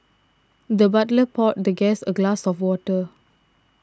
the butler poured the guest a glass of water